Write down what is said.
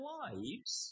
lives